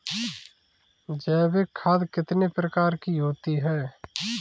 जैविक खाद कितने प्रकार की होती हैं?